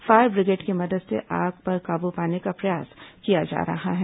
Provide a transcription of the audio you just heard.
fire brigade की मदद से आग पर काबू पाने का प्रयास किया जा रहा है